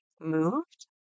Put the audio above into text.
moved